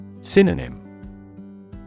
Synonym